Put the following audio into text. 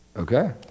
Okay